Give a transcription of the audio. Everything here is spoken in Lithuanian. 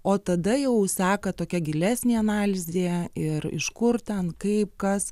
o tada jau seka tokia gilesnė analizė ir iš kur ten kaip kas